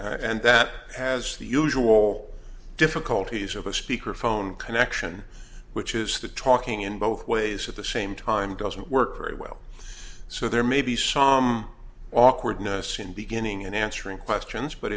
and that has the usual difficulties of a speaker phone connection which is the talking in both ways at the same time doesn't work very well so there may be some awkwardness in beginning in answering questions but